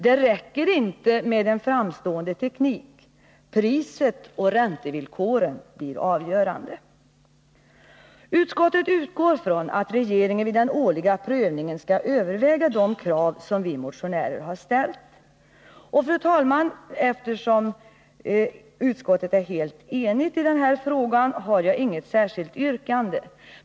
Det räcker inte med en framstående teknik — priset och räntevillkoren blir avgörande. Utskottet utgår ifrån att regeringen vid den årliga prövningen skall överväga de krav som vi motionärer har ställt. Eftersom utskottet är helt enigt i den här frågan har jag inget särskilt yrkande.